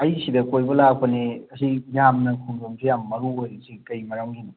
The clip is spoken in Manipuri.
ꯑꯩ ꯁꯤꯗ ꯀꯣꯏꯕ ꯂꯥꯛꯄꯅꯦ ꯑꯁꯤ ꯌꯥꯝꯅ ꯈꯣꯡꯖꯣꯝꯁꯦ ꯌꯥꯝꯅ ꯃꯔꯨ ꯑꯣꯏꯔꯤꯁꯤ ꯀꯔꯤ ꯃꯔꯝꯒꯤꯅꯣ